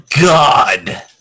god